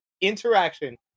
interaction